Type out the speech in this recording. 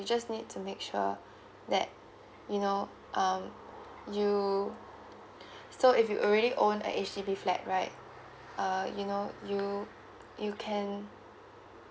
you just need to make sure that you know um you so if you already own a H_D_B flat right uh you know you you can